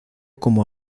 como